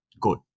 good